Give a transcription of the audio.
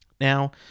Now